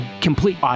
complete